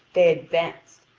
they advanced,